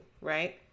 right